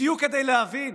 בדיוק כדי להבין